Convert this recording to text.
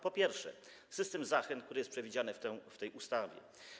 Po pierwsze, system zachęt, który jest przewidziany w tej ustawie.